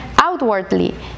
outwardly